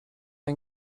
ein